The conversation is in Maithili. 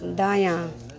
दायाँ